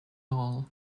all